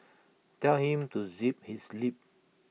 tell him to zip his lip